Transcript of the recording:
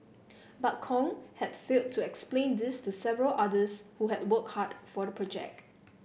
but Kong had failed to explain this to several others who had worked hard for the project